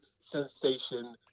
sensation